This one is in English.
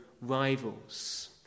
rivals